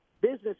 business